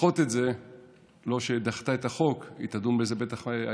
רואה שפתאום בכנסת